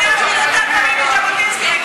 תתמודדו, מז'בוטינסקי,